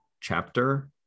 chapter